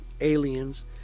aliens